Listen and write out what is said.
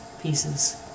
pieces